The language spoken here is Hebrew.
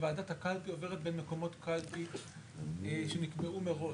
וועדת הקלפי עוברת במקומות קלפי שנקבעו מראש,